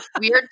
weird